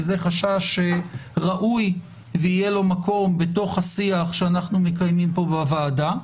וזה חשש ראוי ויהיה לו מקום בתוך השיח שאנחנו מקיימים פה בוועדה.